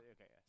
Okay